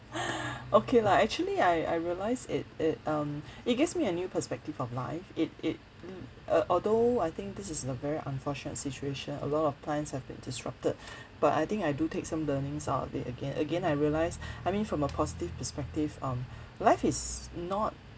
okay lah actually I I realise it it um it gives me a new perspective of life it it m~ uh although I think this is a very unfortunate situation a lot of plans have been disrupted but I think I do take some learnings out of it again again I realise I mean from a positive perspective um life is not